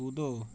कूदो